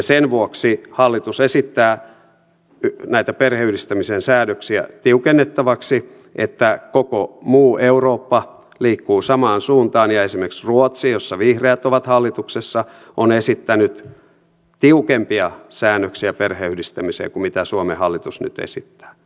sen vuoksi hallitus esittää näitä perheenyhdistämisen säädöksiä tiukennettaviksi että koko muu eurooppa liikkuu samaan suuntaan ja esimerkiksi ruotsi jossa vihreät ovat hallituksessa on esittänyt tiukempia säännöksiä perheenyhdistämiseen kuin mitä suomen hallitus nyt esittää